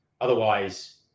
Otherwise